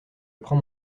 prends